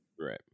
Right